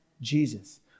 Jesus